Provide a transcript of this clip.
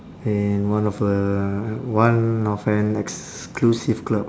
in one of a one of an exclusive club